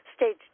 Stage